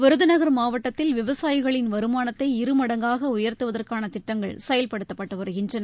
விருதுநகர் மாவட்டத்தில் விவசாயிகளின் வருமானத்தை இருமடங்காக உயர்த்துவதற்கான திட்டங்கள் செயல்படுத்தப்பட்டு வருகின்றன